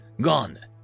Gone